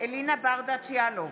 אלינה ברדץ' יאלוב,